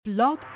Blog